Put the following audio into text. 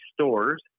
stores